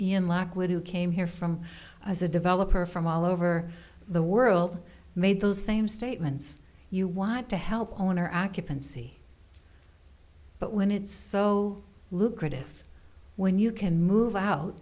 in lockwood who came here from as a developer from all over the world made those same statements you want to help owner occupancy but when it's so lucrative when you can move out